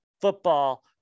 football